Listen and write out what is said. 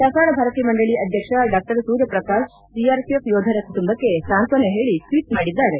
ಪ್ರಸಾರ ಭಾರತಿ ಮಂಡಳಿ ಅಧ್ಯಕ್ಷ ಡಾ ಸೂರ್ಯ ಪ್ರಕಾಶ್ ಸಿಆರ್ಪಿಎಫ್ ಯೋಧರ ಕುಟುಂಬಕ್ಕೆ ಸಾಂತ್ವನ ಹೇಳಿ ಟ್ರೀಟ್ ಮಾಡಿದ್ಗಾರೆ